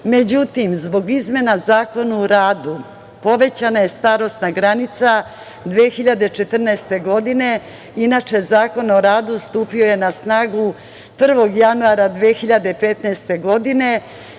zbog izmena Zakona o radu, povećana je starosna granica 2014. godine. Inače, Zakon o radu stupio je na snagu 1. januara 2015. godine